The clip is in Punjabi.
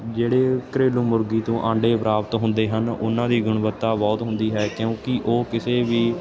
ਜਿਹੜੇ ਘਰੇਲੂ ਮੁਰਗੀ ਤੋਂ ਆਂਡੇ ਪ੍ਰਾਪਤ ਹੁੰਦੇ ਹਨ ਉਹਨਾਂ ਦੀ ਗੁਣਵੱਤਾ ਬਹੁਤ ਹੁੰਦੀ ਹੈ ਕਿਉਂਕਿ ਉਹ ਕਿਸੇ ਵੀ